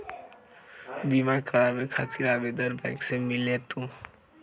बिमा कराबे खातीर आवेदन बैंक से मिलेलु?